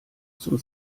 zum